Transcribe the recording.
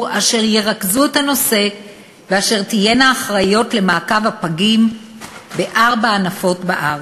אשר ירכזו את הנושא ואשר תהיינה אחראיות למעקב הפגים בארבע נפות בארץ.